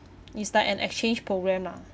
is like an exchange program lah